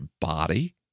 body